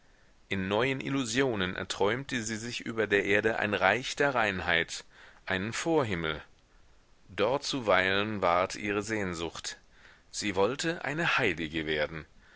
in neuen illusionen erträumte sie sich über der erde ein reich der reinheit einen vorhimmel dort zu weilen ward ihre sehnsucht sie wollte eine heilige werden